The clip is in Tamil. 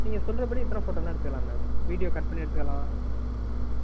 நீங்கள் சொல்லுறபடி எத்தனை ஃபோட்டோ வேணா எடுத்துக்கலாம் மேம் வீடியோ கட் பண்ணி எடுத்துக்கலாம்